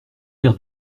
l’air